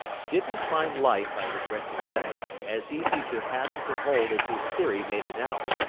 didn't find life, i regret to say, as easy to have and to hold as his theory made it out,